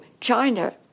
China